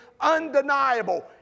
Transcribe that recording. undeniable